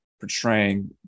portraying